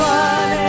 one